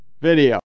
video